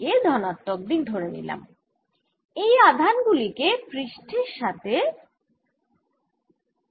এই পৃষ্ঠের ওপর আধান হল সিগমা বাইরের দিকে আধান ঘনত্ব সিগমা গুন d ওমেগা r 2 স্কয়ার আর এই দিকে আধান হবে সিগমা গুন d ওমেগা r 1 স্কয়ার